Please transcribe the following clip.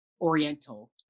oriental